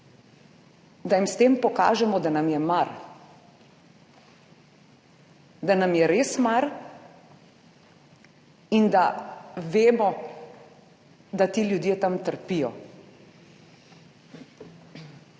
da jim s tem pokažemo, da nam je mar. Da nam je res mar, in da vemo, da ti ljudje tam trpijo.